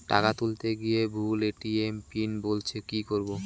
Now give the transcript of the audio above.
টাকা তুলতে গিয়ে ভুল এ.টি.এম পিন বলছে কি করবো?